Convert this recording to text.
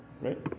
right